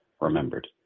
remembered